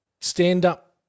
stand-up